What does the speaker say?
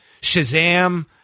Shazam